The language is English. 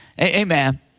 Amen